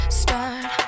start